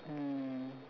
hmm